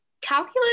calculus